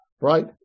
right